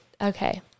Okay